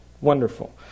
wonderful